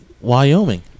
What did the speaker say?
Wyoming